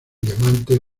diamante